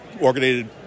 organized